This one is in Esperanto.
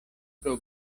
pro